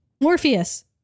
Morpheus